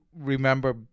remember